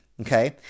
okay